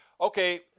Okay